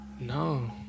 No